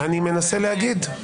אני מנסה להגיד.